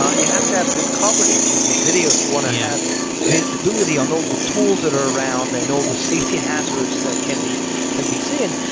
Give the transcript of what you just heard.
ah you have to have good coverage in terms of video if you want to have visibility on older tools that are around and all the safety hazards that can be can be seen.